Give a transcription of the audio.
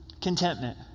contentment